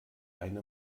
eine